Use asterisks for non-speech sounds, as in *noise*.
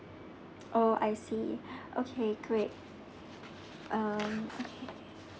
oh I see *breath* okay great um okay